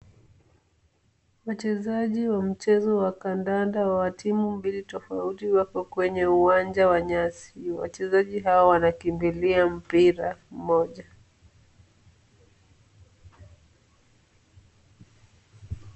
Wachezaji wa mchezo wa kandanda wa timu mbili tofauti wako kwenye uwanja wa nyasi. Wachezaji hao wanakimbilia mpira mmoja.